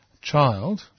child